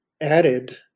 added